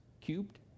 cubed